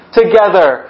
together